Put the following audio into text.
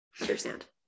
understand